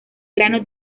grano